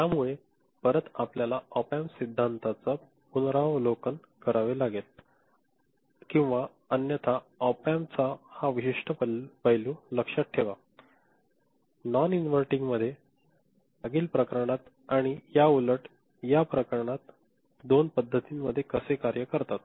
त्यामुळे परत आपल्याला ऑप अँम्प सिद्धांताचे पुनरावलोकन करावे लागेल किंवा अन्यथा ऑप अँम्पचा हा विशिष्ट पैलू लक्षात ठेवा नॉन इनव्हर्टींगमध्ये मध्ये मागील प्रकरणात आणि या उलट या प्रकरणात या दोन पद्धतींमध्ये ते कसे कार्य करतात